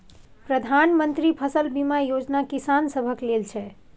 प्रधानमंत्री मन्त्री फसल बीमा योजना किसान सभक लेल छै